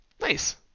Nice